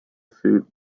suit